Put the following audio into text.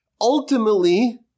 Ultimately